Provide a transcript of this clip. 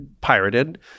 pirated